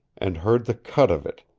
and heard the cut of it,